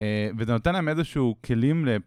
וזה נותן להם איזשהו כלים ל...